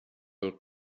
will